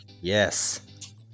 Yes